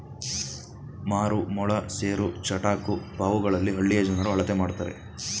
ಮಾರು, ಮೊಳ, ಸೇರು, ಚಟಾಕು ಪಾವುಗಳಲ್ಲಿ ಹಳ್ಳಿಯ ಜನರು ಅಳತೆ ಮಾಡ್ತರೆ